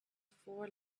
four